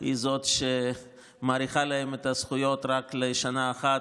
היא זאת שמאריכה להם את הזכויות רק בשנה אחת,